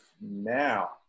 now